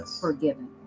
forgiven